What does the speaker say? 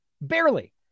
Barely